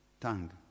tongue